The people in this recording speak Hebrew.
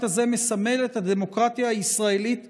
הזה מסמל את הדמוקרטיה הישראלית התוססת,